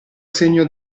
segno